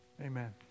Amen